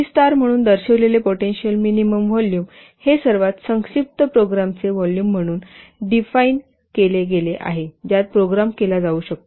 V star म्हणून दर्शविलेले potential minimum volume हे सर्वात संक्षिप्त प्रोग्रामचे व्हॉल्यूम म्हणून डिफाइन केले गेले आहे ज्यात प्रोग्राम केला जाऊ शकतो